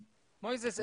מוייזס,